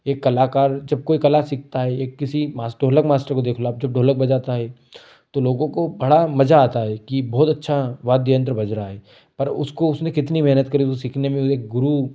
एक कलाकार जब कोई कला सीखता है एक किसी मास ढोलक मास्टर को देख लो आप जब ढोलक बजाता है तो लोगो को बड़ा मजा आता है कि बहुत अच्छा वाद्य यन्त्र बज रहा है पर उसको उसने कितनी मेहनत करी वो सीखने में वो एक गुरु